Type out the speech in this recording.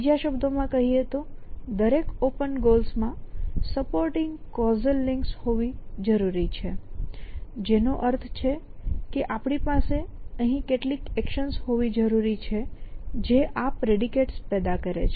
બીજા શબ્દોમાં કહીએ તો દરેક ઓપન ગોલ્સમાં સપોર્ટિંગ કૉઝલ લિંક હોવી જરૂરી છે જેનો અર્થ છે કે આપણી પાસે અહીં કેટલીક એક્શન્સ હોવી જરૂરી છે જે આ પ્રેડિકેટ્સ પેદા કરે છે